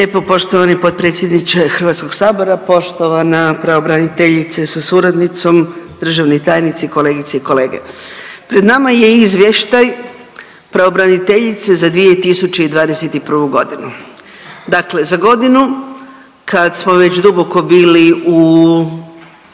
lijepo. Poštovani potpredsjedniče HS-a, poštovana pravobraniteljice sa suradnicom, državni tajnici, kolegice i kolege. Pred nama je Izvještaj pravobraniteljice za 2021.g., dakle za godinu kad smo već duboko bili u